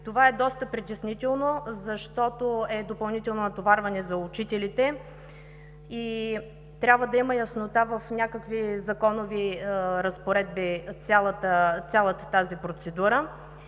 Това е доста притеснително, защото е допълнително натоварване за учителите. Трябва да има яснота в някакви законови разпоредби за цялата тази процедура.